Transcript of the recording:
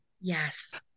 Yes